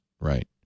Right